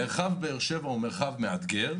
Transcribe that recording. מרחב באר שבע הוא מרחב מאתגר.